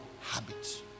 habits